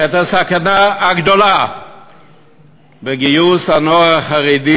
את הסכנה הגדולה בגיוס הנוער החרדי